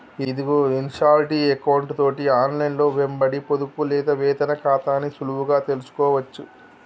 ఇదిగో ఇన్షాల్టీ ఎకౌంటు తోటి ఆన్లైన్లో వెంబడి పొదుపు లేదా వేతన ఖాతాని సులువుగా తెలుసుకోవచ్చు